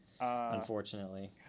Unfortunately